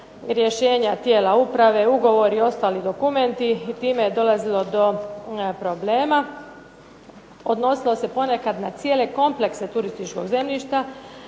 rješenja tijela uprave, ugovori i ostali dokumenti i time je dolazilo do problema. Odnosilo se ponekad na cijele komplekse turističkog zemljišta